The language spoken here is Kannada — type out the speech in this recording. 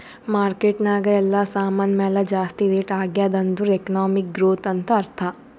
ಮಾರ್ಕೆಟ್ ನಾಗ್ ಎಲ್ಲಾ ಸಾಮಾನ್ ಮ್ಯಾಲ ಜಾಸ್ತಿ ರೇಟ್ ಆಗ್ಯಾದ್ ಅಂದುರ್ ಎಕನಾಮಿಕ್ ಗ್ರೋಥ್ ಅಂತ್ ಅರ್ಥಾ